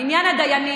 בעניין הדיינים,